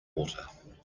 water